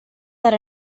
that